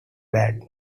bad